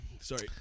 Sorry